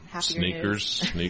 sneakers